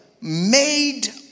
made